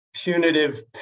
punitive